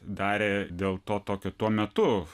darė dėl to tokio tuo metu